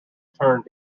turned